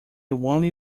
only